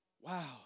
Wow